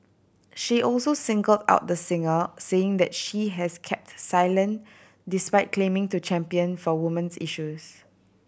she also singled out the singer saying that she has kept silent despite claiming to champion for woman's issues